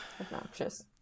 obnoxious